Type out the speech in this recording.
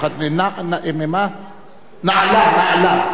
נָעַלה, כן.